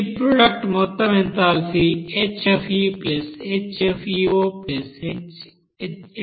ఈ ప్రోడక్ట్ మొత్తం enthalpy HFeHFeOHCOHC కి సమానం